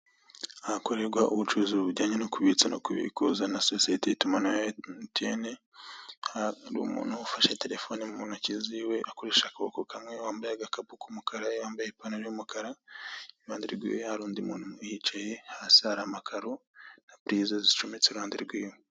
Ahakorwa ubucuruzi bujyanye no kubitsa no kubikuza na sosiyete y'itumanaho ya emutiyeni, hari umuntu ufashe telefoni mu ntoki ziwe akoresheje akaboko kamwe, wambaye agapaku k'umukara, wambaye ipantaro y'umukara. Iruhande rw'iwe hari undi muntu uhicaye. Hasi hari amakaro, purizi zicometse iruhande rw'iwe.